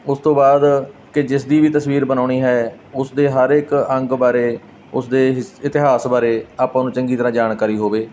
ਉਸ ਤੋਂ ਬਾਅਦ ਕਿ ਜਿਸ ਦੀ ਵੀ ਤਸਵੀਰ ਬਣਾਉਣੀ ਹੈ ਉਸ ਦੇ ਹਰ ਇੱਕ ਅੰਗ ਬਾਰੇ ਉਸ ਦੇ ਹਿਸ ਇਤਿਹਾਸ ਬਾਰੇ ਆਪਾਂ ਨੂੰ ਚੰਗੀ ਤਰ੍ਹਾਂ ਜਾਣਕਾਰੀ ਹੋਵੇ